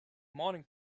morning